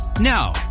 Now